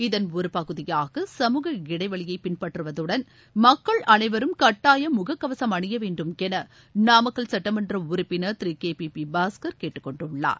இதன் ஒருபகுதியாக சமூக இடைவெளியைபின்பற்றுவதுடன் மக்கள் அனைவரும் கட்டாயம் முகக்கவசம் அணியவேண்டும் எனநாமக்கல் சட்டமன்றஉறுப்பினர் திருகேபிபாஸ்கர் கேட்டுக் கொண்டுள்ளார்